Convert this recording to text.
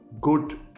good